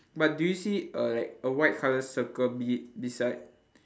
but do you see a like white colour circle be~ beside